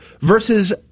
versus